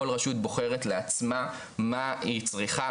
כל רשות בוחרת לעצמה מה היא צריכה,